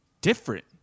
different